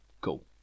Cool